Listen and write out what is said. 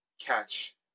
catch